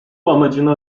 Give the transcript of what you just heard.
amacına